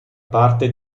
parte